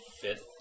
fifth